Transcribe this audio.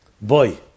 Boy